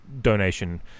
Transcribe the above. donation